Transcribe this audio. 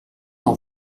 d’en